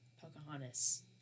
pocahontas